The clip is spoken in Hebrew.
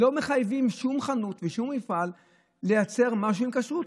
לא מחייבים שום חנות ושום מפעל לייצר משהו עם כשרות.